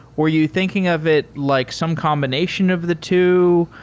were you thinking of it like some combination of the two?